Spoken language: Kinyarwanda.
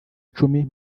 icumbi